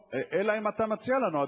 אלא אם כן אתה מציע לנו,